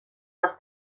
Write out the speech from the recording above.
les